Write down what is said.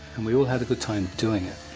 and we all had a good time doing it.